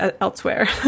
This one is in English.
elsewhere